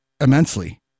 immensely